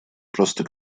просто